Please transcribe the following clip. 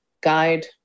guide